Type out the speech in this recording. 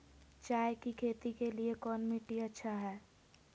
चाय की खेती के लिए कौन मिट्टी अच्छा हाय?